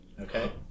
Okay